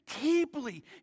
deeply